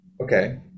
Okay